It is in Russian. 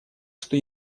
что